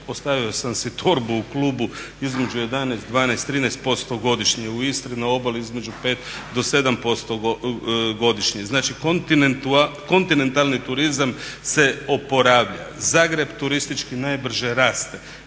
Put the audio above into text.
ostavio si torbu u klubu između 11, 12, 13% godišnje. U Istri, na obali između 5 do 7% godišnje. Znači, kontinentalni turizam se oporavlja. Zagreb turistički najbrže raste.